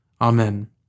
Amen